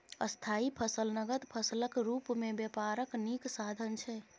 स्थायी फसल नगद फसलक रुप मे बेपारक नीक साधन छै